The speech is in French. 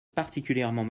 particulièrement